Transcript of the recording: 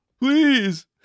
Please